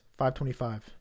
525